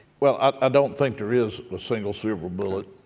well, i don't think there is a single super-bullet,